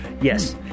Yes